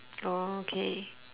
okay